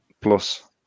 plus